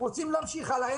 רוצים להמשיך הלאה,